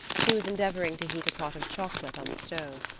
she was endeavoring to heat a pot of chocolate on the stove.